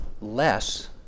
less